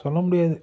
சொல்ல முடியாது